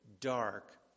dark